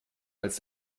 als